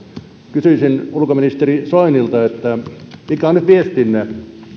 kysyisin ulkoministeri soinilta mikä on nyt viestinne